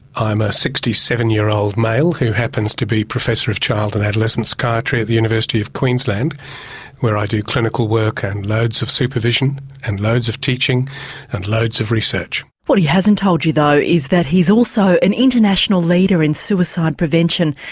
i'm a sixty seven year old male who happens to be professor of child and adolescent psychiatry at the university of queensland where i do clinical work and loads of supervision and loads of teaching and loads of research. what he hasn't told you though is that he's also an international leader in suicide prevention,